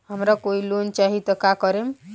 हमरा कोई लोन चाही त का करेम?